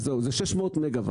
אז זהו, זה 600 מגה-וואט.